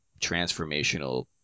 transformational